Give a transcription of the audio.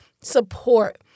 support